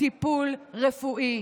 תפסיקו לשגע.